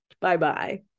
Bye-bye